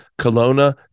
Kelowna